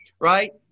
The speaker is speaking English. right